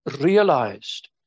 Realized